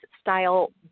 style